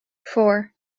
four